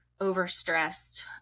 overstressed